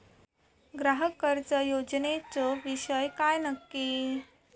ग्राहक कर्ज योजनेचो विषय काय नक्की?